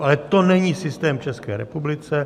Ale to není systém v České republice.